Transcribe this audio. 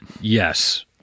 Yes